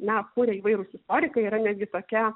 na kuria įvairūs istorikai yra netgi tokia